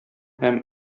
һәм